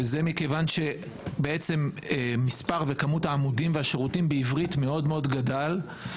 וזה מכיוון שמספר העמודים וכמות השירותים בעברית מאוד מאוד גדלו.